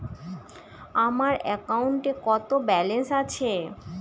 আমার অ্যাকাউন্টে কত ব্যালেন্স আছে?